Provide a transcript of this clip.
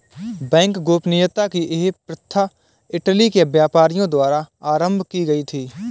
bank गोपनीयता की यह प्रथा इटली के व्यापारियों द्वारा आरम्भ की गयी थी